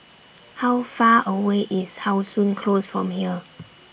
How Far away IS How Sun Close from here